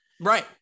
right